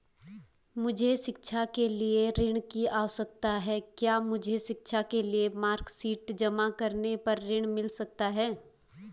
मुझे शिक्षा के लिए ऋण की आवश्यकता है क्या मुझे शिक्षा के लिए मार्कशीट जमा करने पर ऋण मिल सकता है?